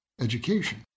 Education